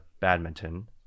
badminton